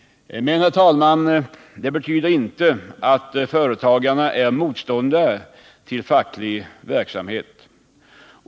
Men, herr talman, det betyder inte att företagarna är motståndare till facklig verksamhet.